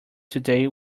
today